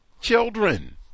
Children